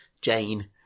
Jane